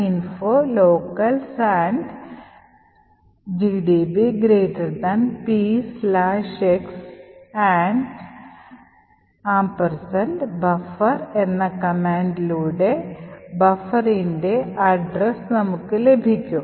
gdb info locals and gdb px buffer എന്ന command ലൂടെ ബഫർഇൻറെ അഡ്രസ് നമുക്ക് ലഭിക്കും